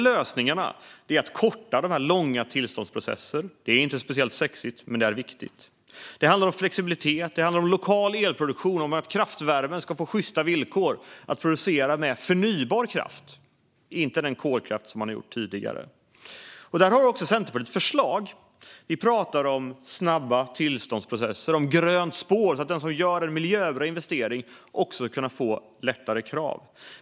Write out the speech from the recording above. Lösningarna är i stället att korta de långa tillståndsprocesserna - inte speciellt sexigt, men viktigt - samt flexibilitet, lokal elproduktion och att ge kraftvärmen sjysta villkor för att producera med förnybar kraft, inte den kolkraft som man har använt tidigare. Här har Centerpartiet förslag. Vi talar om snabba tillståndsprocesser och grönt spår, så att den som gör en miljöbra investering också ska kunna få lättare krav.